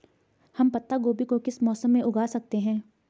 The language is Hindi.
हम पत्ता गोभी को किस मौसम में उगा सकते हैं?